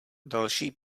další